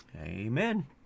amen